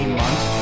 months